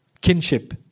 kinship